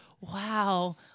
wow